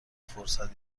فرصت